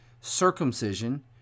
Circumcision